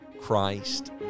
Christ